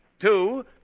Two